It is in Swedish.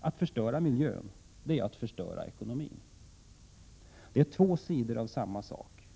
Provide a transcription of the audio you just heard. Att förstöra miljön, det är att förstöra ekonomin. Detta är två sidor av samma sak.